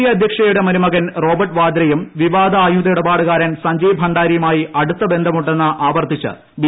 A അധ്യക്ഷയുടെ മരുമകൻ Robert വാദ്രയും വിവാദ ആയുധ ഇടപാടുകാരൻ സഞ്ജയ് ഭണ്ഡാരിയുമായി അടുത്ത ബന്ധമുണ്ടെന്ന് ആവർത്തിച്ച് ബി